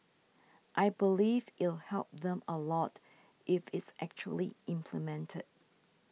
I believe it'll help them a lot if it's actually implemented